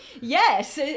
yes